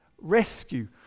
rescue